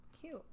cute